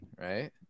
right